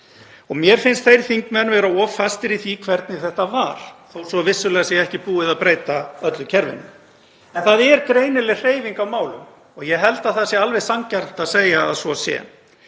Mér finnst þeir þingmenn vera of fastir í því hvernig þetta var þó svo að vissulega sé ekki búið að breyta öllu kerfinu. En það er greinileg hreyfing á málum og ég held að það sé alveg sanngjarnt að segja að svo sé.